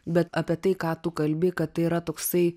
bet apie tai ką tu kalbi kad tai yra toksai